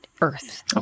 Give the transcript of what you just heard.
Earth